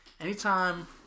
Anytime